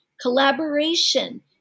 Collaboration